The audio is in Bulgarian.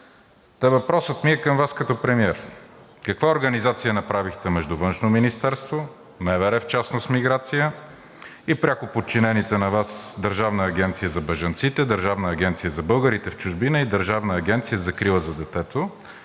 Та въпросът ми е към Вас като премиер. Каква организация направихте между Външно министерство, МВР – в частност „Миграция“ и пряко подчинените на Вас Държавна агенция за бежанците, Държавна агенция за българите в чужбина и Държавна агенция за закрила на детето,